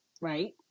right